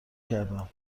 کردم